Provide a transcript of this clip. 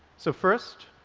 so first,